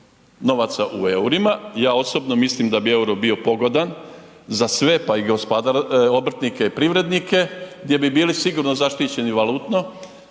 novaca u eurima. Ja osobno mislim da bio euro bio pogodan za sve pa i obrtnike i privrednike gdje bi bili sigurno zaštićeni valutno,